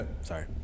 Sorry